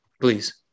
Please